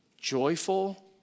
joyful